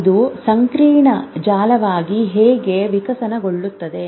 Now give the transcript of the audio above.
ಇದು ಸಂಕೀರ್ಣ ಜಾಲವಾಗಿ ಹೇಗೆ ವಿಕಸನಗೊಳ್ಳುತ್ತದೆ